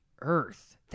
earth